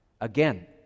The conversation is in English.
again